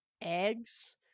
eggs